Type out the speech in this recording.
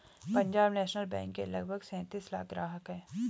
Punjab national bank के लगभग सैंतीस लाख ग्राहक हैं